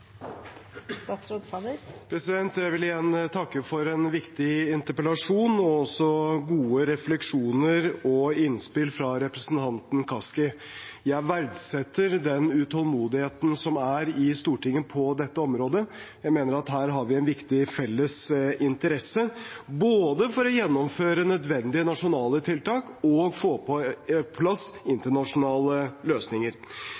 Jeg vil igjen takke for en viktig interpellasjon og også gode refleksjoner og innspill fra representanten Kaski. Jeg verdsetter den utålmodigheten som er i Stortinget på dette området. Jeg mener at her har vi en viktig felles interesse, både for å gjennomføre nødvendige nasjonale tiltak og for å få på plass internasjonale løsninger.